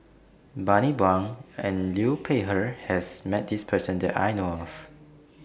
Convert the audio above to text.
Bani Buang and Liu Peihe has Met This Person that I know of